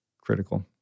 critical